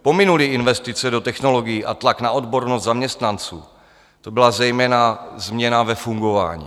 Pominuli investice do technologií a tlak na odbornost zaměstnanců, to byla zejména změna ve fungování.